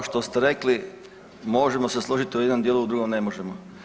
Kao što ste rekli možemo se složit u jednom dijelu u drugom ne možemo.